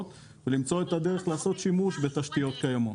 ולמצוא את הדרך לעשות שימוש בתשתיות קיימות.